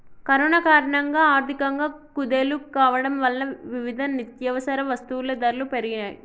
corona కారణంగా ఆర్థికంగా కుదేలు కావడం వలన వివిధ నిత్యవసర వస్తువుల ధరలు పెరిగాయ్